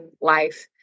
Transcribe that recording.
life